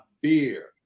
beer